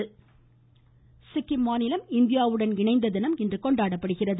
ராம்நாத் கோவிந்த் சிக்கிம் மாநிலம் இந்தியாவுடன் இணைந்த தினம் இன்று கொண்டாடப்படுகிறது